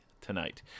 tonight